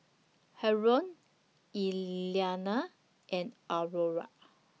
Harold Iliana and Aurora